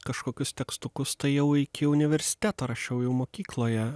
kažkokius tekstukus tai jau iki universiteto rašiau jau mokykloje